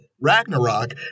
Ragnarok